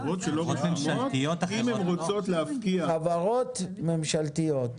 חברות ממשלתיות, החברות המקוריות,